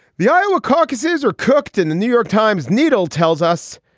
the iowa caucuses are cooked in the new york times, neidl tells us.